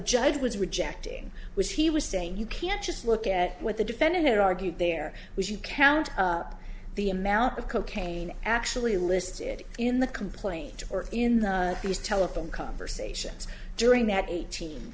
judge was rejecting was he was saying you can't just look at what the defendant had argued there was you count up the amount of cocaine actually listed in the complaint or in the telephone conversations during that eighteen